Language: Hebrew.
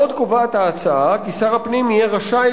עוד קובעת ההצעה כי שר הפנים יהיה רשאי